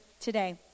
today